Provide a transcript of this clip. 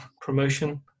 promotion